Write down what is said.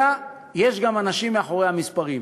אלא יש גם אנשים מאחורי המספרים.